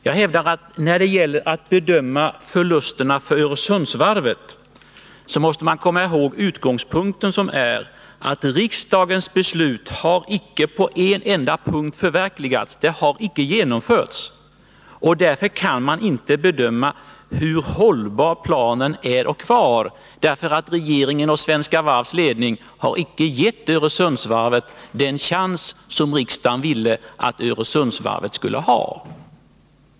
Jag hävdar att man när man bedömer förlusterna för Öresundsvarvet måste komma ihåg utgångspunkten, nämligen att riksdagens beslut icke på en enda punkt har förverkligats. De har icke genomförts. Därför kan man inte bedöma hur hållbar planen är. Regeringen och Svenska Varvs ledning har nämligen icke gett Öresundsvarvet den chans riksdagen ville att varvet skulle få.